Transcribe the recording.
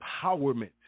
empowerment